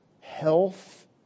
health